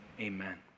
Amen